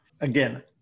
Again